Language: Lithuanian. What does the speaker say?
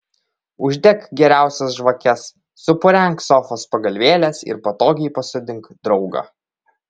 uždek geriausias žvakes supurenk sofos pagalvėles ir patogiai pasodink draugą